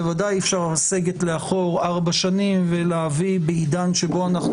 בוודאי שאי-אפשר לסגת לאחור ארבע שנים בעידן שבו אנחנו